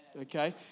Okay